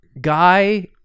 guy